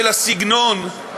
של הסגנון,